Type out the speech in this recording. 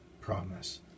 promise